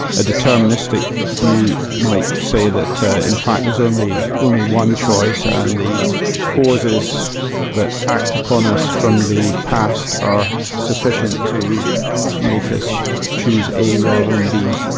a deterministic view might say that in fact there's only only one choice, and the causes that act upon us from the past are sufficient to make us choose a rather than b.